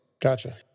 Gotcha